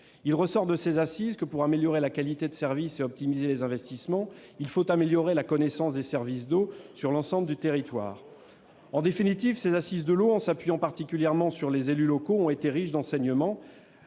Il ressort des assises de l'eau que, pour améliorer la qualité de service et optimiser les investissements, il faut améliorer la connaissance des services d'eau sur l'ensemble du territoire. En définitive, ces assises de l'eau, en s'appuyant particulièrement sur les élus locaux, ont été riches d'enseignements.